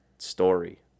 Story